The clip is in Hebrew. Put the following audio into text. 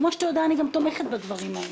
כפי שאתה יודע, אני גם תומכת בדברים האלה.